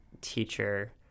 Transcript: teacher